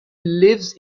lives